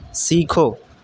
سیکھو